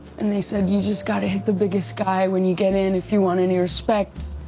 and they said you just got to hit the biggest guy when you get in, if you want any respect.